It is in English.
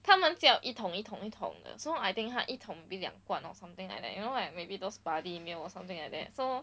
他们叫一桶一桶一桶的 so I think 他一桶两罐 or something like that you know like maybe those buddy meal or something like that so